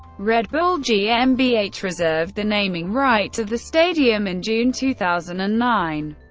red bull gmbh reserved the naming right to the stadium in june two thousand and nine,